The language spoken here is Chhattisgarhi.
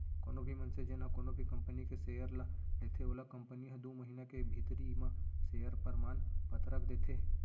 कोनो भी मनसे जेन ह कोनो भी कंपनी के सेयर ल लेथे ओला कंपनी ह दू महिना के भीतरी म सेयर परमान पतरक देथे